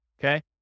Okay